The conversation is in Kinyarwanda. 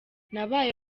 nabaye